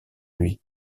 lui